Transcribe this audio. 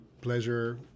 pleasure